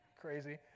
Crazy